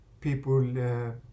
people